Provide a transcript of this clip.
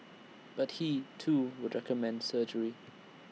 but he too would recommend surgery